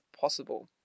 possible